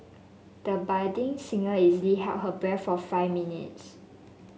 the budding singer easily held her breath for five minutes